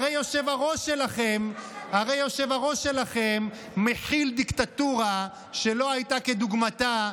הרי היושב-ראש שלכם מחיל דיקטטורה שלא הייתה כדוגמתה.